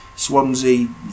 Swansea